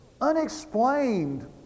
unexplained